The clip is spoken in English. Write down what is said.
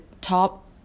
top